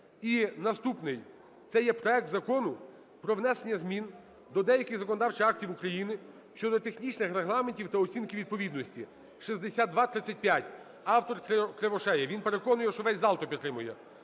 і наступний – це є проект Закону про внесення змін до деяких законодавчих актів України щодо технічних регламентів та оцінки відповідності (6235). Автор Кривошея, він переконує, що весь зал то підтримує.